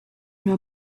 una